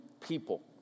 people